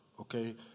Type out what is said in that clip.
Okay